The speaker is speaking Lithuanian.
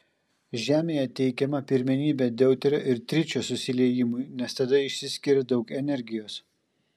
žemėje teikiama pirmenybė deuterio ir tričio susiliejimui nes tada išsiskiria daug energijos